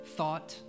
thought